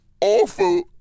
awful